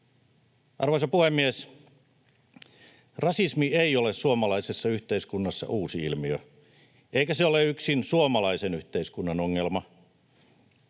Arvoisa puhemies! Rasismi ei ole suomalaisessa yhteiskunnassa uusi ilmiö, eikä se ole yksin suomalaisen yhteiskunnan ongelma.